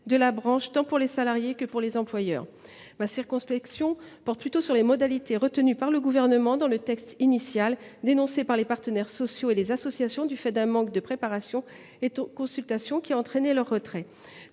de la branche, tant pour les salariés que pour les employeurs. Ma circonspection porte plutôt sur les modalités retenues par le Gouvernement dans le texte initial. L’article 39 a été dénoncé par les partenaires sociaux et les associations en raison d’un manque de préparation et de consultations, ce qui a